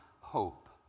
hope